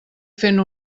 fent